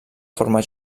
forma